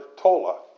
tola